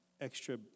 extra